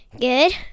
Good